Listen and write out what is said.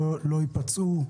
לא ייפצעו,